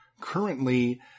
Currently